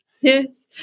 Yes